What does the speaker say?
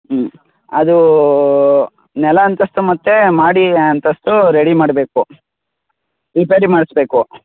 ಹ್ಞೂ ಅದು ನೆಲ ಅಂತಸ್ತು ಮತ್ತು ಮಾಡಿ ಅಂತಸ್ತು ರೆಡಿ ಮಾಡಬೇಕು ರಿಪೇರಿ ಮಾಡಿಸ್ಬೇಕು